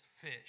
fish